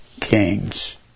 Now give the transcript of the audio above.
kings